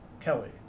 Kelly